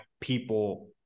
people